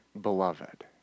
beloved